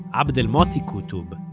abdel muti qutob,